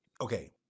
okay